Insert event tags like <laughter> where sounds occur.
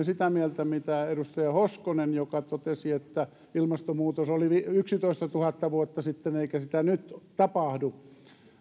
<unintelligible> sitä mieltä mitä edustaja hoskonen joka totesi että ilmastonmuutos oli yksitoistatuhatta vuotta sitten eikä sitä nyt tapahdu